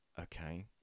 Okay